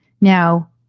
Now